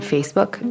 Facebook